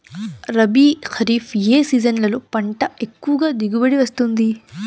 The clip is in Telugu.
రబీ, ఖరీఫ్ ఏ సీజన్లలో పంట ఎక్కువగా దిగుబడి వస్తుంది